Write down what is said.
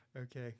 Okay